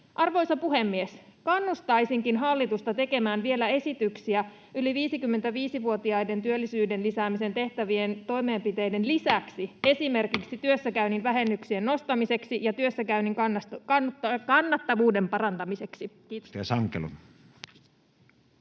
Arvoisa puhemies! Kannustaisinkin hallitusta tekemään vielä esityksiä paitsi yli 55-vuotiaiden työllisyyden lisäämiseksi tehtävistä toimenpiteistä, myös esimerkiksi työssäkäynnin vähennyksien nostamisesta ja työssäkäynnin kannattavuuden parantamisesta. — Kiitos.